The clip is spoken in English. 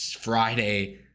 Friday